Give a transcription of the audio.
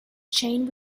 chain